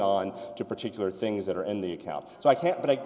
on to particular things that are in the account so i can't but i